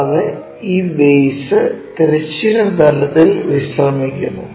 കൂടാതെ ഈ ബേസ് തിരശ്ചീന തലത്തിൽ വിശ്രമിക്കുന്നു